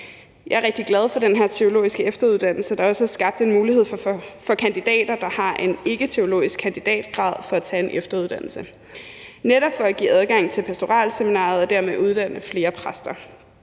Jeg er rigtig glad for den her teologiske efteruddannelse, der også har skabt en mulighed for kandidater, der har en ikketeologisk kandidatgrad, at tage en efteruddannelse, netop for at give adgang til pastoralseminariet og dermed uddanne flere præster.